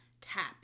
tap